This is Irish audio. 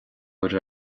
uair